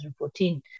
2014